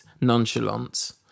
nonchalance